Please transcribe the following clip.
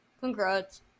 Congrats